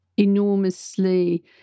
enormously